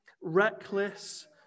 reckless